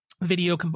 video